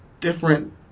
different